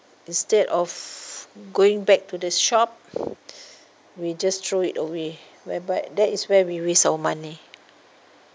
instead of going back to the shop we just throw it away whereby that is where we waste our money